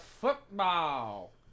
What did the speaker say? football